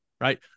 right